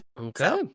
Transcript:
Okay